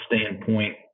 standpoint